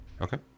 Okay